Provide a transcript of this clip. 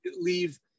leave